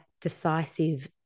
decisive